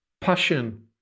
passion